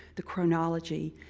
the chronology,